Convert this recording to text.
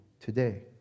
today